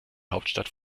hauptstadt